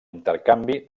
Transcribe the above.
intercanvi